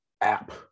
app